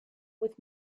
with